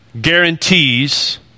guarantees